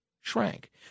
shrank